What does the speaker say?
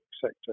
sector